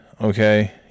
Okay